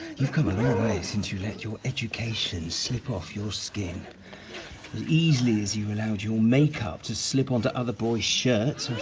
you've come a long way since you let your education slip off your skin. as easily as you allowed your makeup to slip onto other boys' shirts,